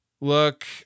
look